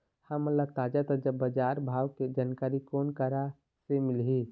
हमन ला ताजा ताजा बजार भाव के जानकारी कोन करा से मिलही?